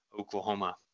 Oklahoma